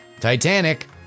Titanic